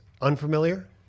unfamiliar